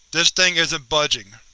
this thing isn't budging.